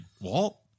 Walt